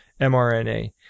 mRNA